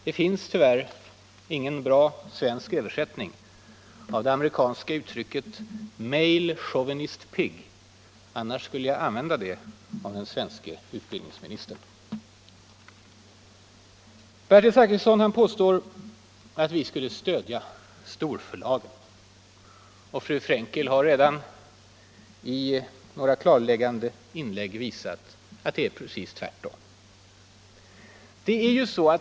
Det finns tyvärr ingen bra svensk översättning av det amerikanska uttrycket ”male chauvinist pig” — annars skulle jag använda det om den svenske utbildningsministern. Bertil Zachrisson påstår att vi skulle stödja storförlagen, och fru Frenkel har redan i några klarläggande inlägg visat att det är precis tvärtom.